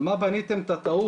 על מה בניתם את הטעות?